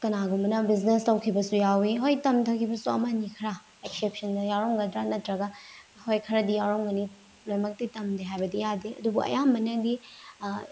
ꯀꯅꯥꯒꯨꯝꯕꯅ ꯕꯤꯖꯤꯅꯦꯁ ꯇꯧꯈꯤꯕꯁꯨ ꯌꯥꯎꯏ ꯍꯣꯏ ꯇꯝꯊꯈꯤꯕꯁꯨ ꯑꯃꯅꯤ ꯈꯔ ꯑꯦꯛꯁꯦꯞꯁꯟꯗ ꯌꯥꯎꯔꯝꯒꯗ꯭ꯔꯥ ꯅꯠꯇ꯭ꯔꯒ ꯍꯣꯏ ꯈꯔꯗꯤ ꯌꯥꯎꯔꯝꯒꯅꯤ ꯂꯣꯏꯃꯛꯇꯤ ꯇꯝꯗꯦ ꯍꯥꯏꯕꯗꯤ ꯌꯥꯗꯦ ꯑꯗꯨꯕꯨ ꯑꯌꯥꯝꯕꯅꯗꯤ